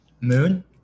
moon